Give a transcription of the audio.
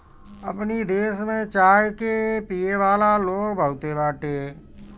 अपनी देश में चाय के पियेवाला लोग बहुते बाटे